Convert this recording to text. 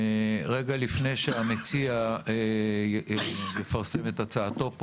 רגע לפני שהמציע יפרסם את הצעתו פה